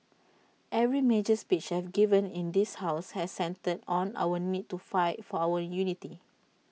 every major speech I've given in this house has centred on our need to fight for our unity